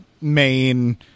main